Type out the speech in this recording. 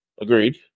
Agreed